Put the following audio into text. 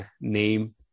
name